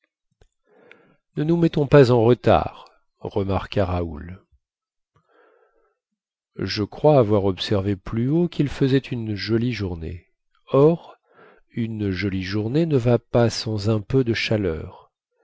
ne nous mettons pas en retard remarqua raoul je crois avoir observé plus haut quil faisait une jolie journée or une jolie journée ne va pas sans un peu de chaleur